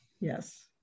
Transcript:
Yes